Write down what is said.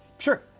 sure,